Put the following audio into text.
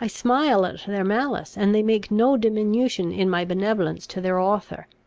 i smile at their malice and they make no diminution in my benevolence to their author.